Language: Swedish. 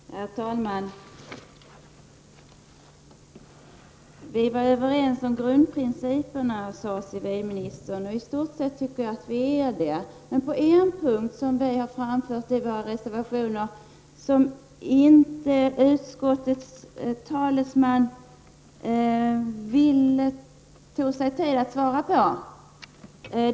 Herr talman! Vi var överens om grundprinciperna sade civilministern. I stort sett tycker jag att vi är det. Men vi har i våra reservationer framfört synpunkter som utskottets talesman inte ville ta sig tid att bemöta.